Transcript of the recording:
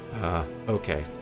Okay